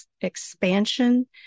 expansion